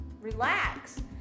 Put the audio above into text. relax